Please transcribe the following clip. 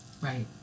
Right